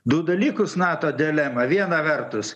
du dalykus nato delema viena vertus